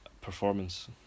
performance